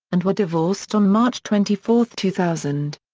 and were divorced on march twenty four, two thousand.